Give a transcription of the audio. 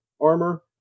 armor